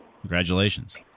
Congratulations